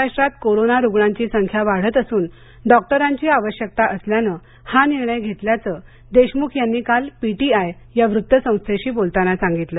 महाराष्ट्रात कोरोना रुग्णांची संख्या वाढत असून डॉक्टरांची आवश्यकता असल्यानं हा निर्णय घेतल्याचं देशमुख यांनी काल पी टी आय या वृत्तसंस्थेशी बोलताना सांगितलं